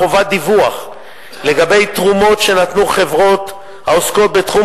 חובת דיווח לגבי תרומות שנתנו חברות העוסקות בתחום